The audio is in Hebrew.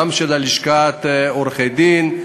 גם של לשכת עורכי-הדין,